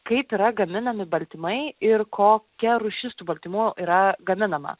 kaip yra gaminami baltymai ir kokia rūšis tų baltymų yra gaminama